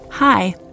Hi